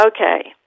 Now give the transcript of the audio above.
Okay